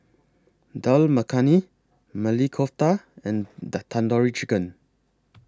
Dal Makhani Maili Kofta and Tandoori Chicken